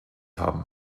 haben